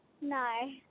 No